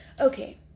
Okay